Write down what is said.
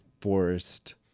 forest